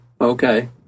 okay